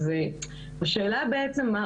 אבל השאלה איזה עוד כלים,